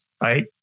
right